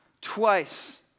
twice